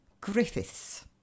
Griffiths